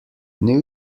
new